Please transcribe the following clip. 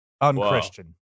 unchristian